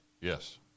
Yes